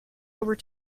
over